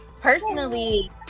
personally